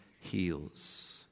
heals